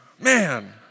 Man